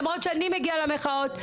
למרות שאני מגיעה למחאות,